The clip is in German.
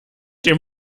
dem